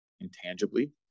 intangibly